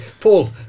Paul